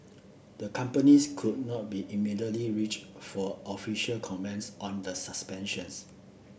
the companies could not be immediately reached for official commence on the suspensions